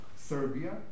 Serbia